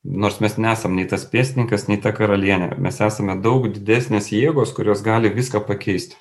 nors mes nesam nei tas pėstininkas nei ta karalienė mes esame daug didesnės jėgos kurios gali viską pakeisti